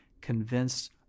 convinced